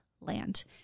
land